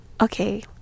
okay